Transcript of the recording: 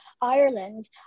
Ireland